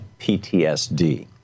PTSD